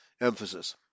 emphasis